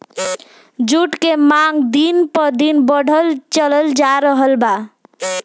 जुट के मांग दिन प दिन बढ़ल चलल जा रहल बा